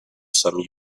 some